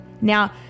Now